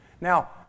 Now